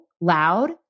loud